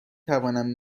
توانم